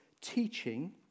teaching